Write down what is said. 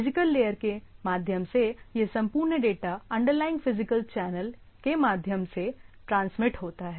physical layer के माध्यम से यह संपूर्ण डेटा अंडरलाइन फिजिकल चैनल के माध्यम से ट्रांसमिट होता है